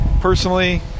personally